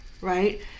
right